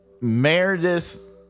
Meredith